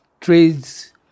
trades